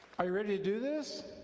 are you ready to do this?